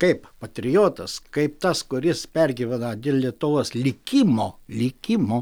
kaip patriotas kaip tas kuris pergyvena dėl lietuvos likimo likimo